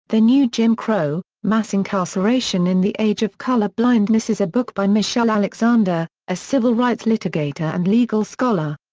the new jim crow mass incarceration in the age of colorblindness is a book by michelle alexander, a civil rights litigator and legal scholar.